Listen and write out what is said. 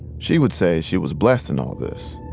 she would say she was blessed in all this.